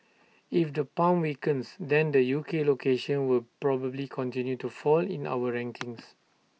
if the pound weakens then the U K locations will probably continue to fall in our rankings